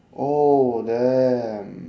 oh damn